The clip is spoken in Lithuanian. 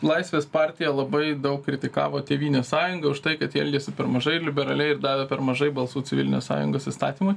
laisvės partija labai daug kritikavo tėvynės sąjungą už tai kad jie elgiasi per mažai liberaliai ir davė per mažai balsų civilinės sąjungos įstatymui